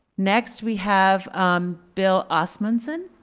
next we have um bill osmunson.